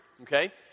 okay